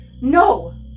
No